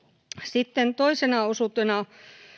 sitten toisena osuutena